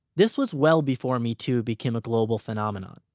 this was well before metoo became a global phenomenon.